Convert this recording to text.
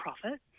profit